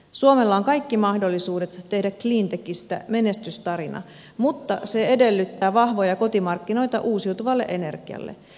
suomella on kaikki mahdollisuudet tehdä cleantechistä menestystarina mutta se edellyttää vahvoja kotimarkkinoita uusiutuvalle energialle